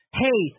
hey